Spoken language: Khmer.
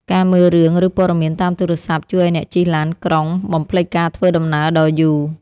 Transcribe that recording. ការមើលរឿង ឬព័ត៌មានតាមទូរស័ព្ទជួយឱ្យអ្នកជិះឡានក្រុងបំភ្លេចការធ្វើដំណើរដ៏យូរ។